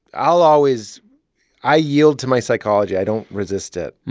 i'll always i yield to my psychology. i don't resist it.